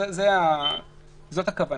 זאת הכוונה.